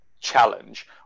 challenge